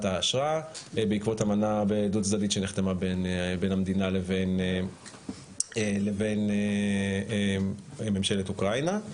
האשרה בעקבות אמנה דו-צדדית שנחתמה בין המדינה לבין ממשלת אוקראינה.